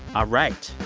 ah right,